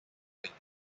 aires